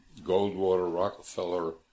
Goldwater-Rockefeller